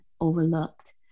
overlooked